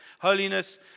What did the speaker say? holiness